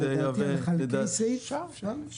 יש